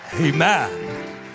Amen